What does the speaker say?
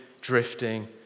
drifting